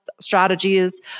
strategies